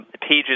pages